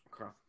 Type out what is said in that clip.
Okay